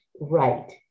right